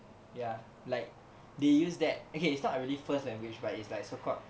ya like they use that okay it's not really first language but it's like so called